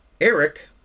Eric